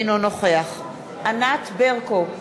אינו נוכח ענת ברקו,